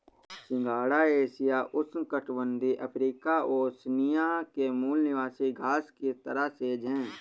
सिंघाड़ा एशिया, उष्णकटिबंधीय Africa, Oceania के मूल निवासी घास की तरह सेज है